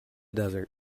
desert